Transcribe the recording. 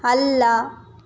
ಅಲ್ಲ